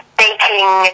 baking